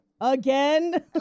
Again